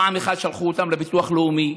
פעם שלחו אותם לביטוח הלאומי,